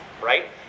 right